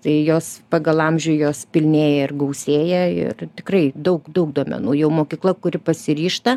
tai jos pagal amžių jos pilnėja ir gausėja ir tikrai daug daug duomenų jau mokykla kuri pasiryžta